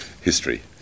history